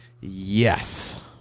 Yes